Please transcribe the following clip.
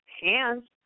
hands